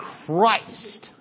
Christ